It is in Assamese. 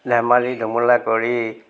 ধেমালি ধুমুলা কৰি